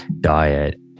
diet